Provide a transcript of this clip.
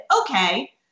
okay